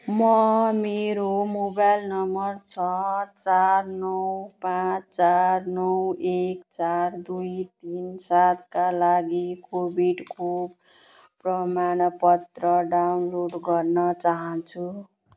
म मेरो mobile number छ चार नौ पाँच चार नौ एक चार दुई तिन सातका लागि कोभिड खोप प्रमाणपत्र डाउनलोड गर्न चाहन्छु